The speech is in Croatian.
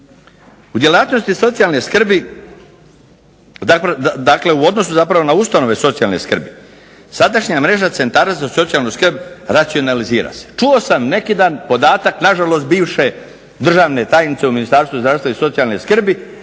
u odnosu na ustave socijalne skrbi sadašnja mreža centara za socijalnu skrb, racionalizira se. Čuo sam neki dan podatak nažalost bivše državne tajnice u Ministarstvu zdravstva i socijalne skrbi